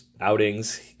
outings